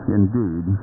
indeed